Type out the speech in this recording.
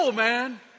man